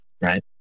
right